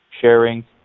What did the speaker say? sharing